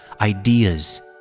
ideas